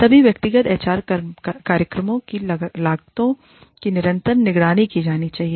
सभी व्यक्तिगत एचआर कार्यक्रमों की लागतों की निरंतर निगरानी की जानी चाहिए